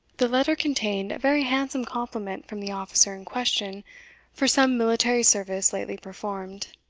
the letter contained a very handsome compliment from the officer in question for some military service lately performed.